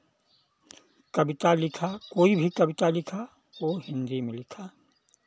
कविता लिखा कोई भी कविता लिखा वो हिन्दी में लिखा